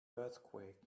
earthquake